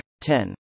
10